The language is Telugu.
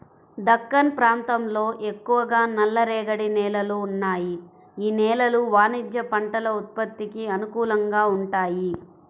దక్కన్ ప్రాంతంలో ఎక్కువగా నల్లరేగడి నేలలు ఉన్నాయి, యీ నేలలు వాణిజ్య పంటల ఉత్పత్తికి అనుకూలంగా వుంటయ్యి